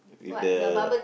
with the